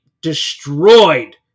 destroyed